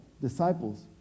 disciples